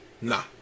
Nah